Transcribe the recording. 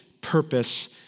purpose